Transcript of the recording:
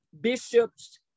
bishops